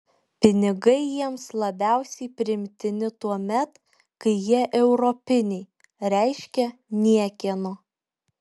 pinigai jiems labiausiai priimtini tuomet kai jie europiniai reiškia niekieno